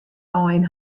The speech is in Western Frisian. ein